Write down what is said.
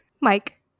Mike